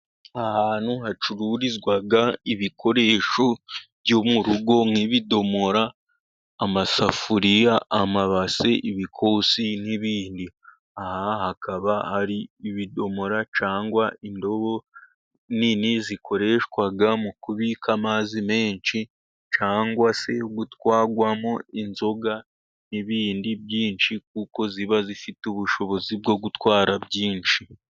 Ahantu hacururizwa ibikoresho byo mu rugo nk'ibidomora, amasafuriya, amabasi, ibikosi n'ibindi. Aha hakaba hari ibidomora cyangwa indobo nini, zikoreshwa mu kubika amazi menshi, cyangwa se gutwarwamo inzoga n'ibindi byinshi, kuko ziba zifite ubushobozi bwo gutwara byinshi.